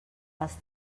els